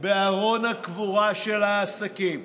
בארון הקבורה של העסקים.